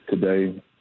today